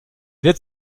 wird